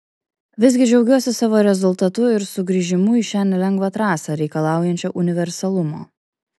visgi džiaugiuosi savo rezultatu ir sugrįžimu į šią nelengvą trasą reikalaujančią universalumo